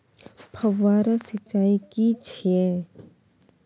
फव्वारा सिंचाई की छिये?